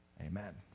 Amen